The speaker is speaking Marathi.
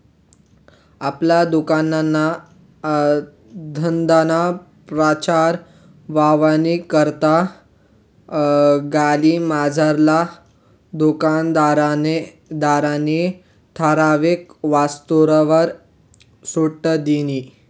आपला दुकानना धंदाना प्रचार व्हवानी करता गल्लीमझारला दुकानदारनी ठराविक वस्तूसवर सुट दिनी